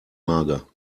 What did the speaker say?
mager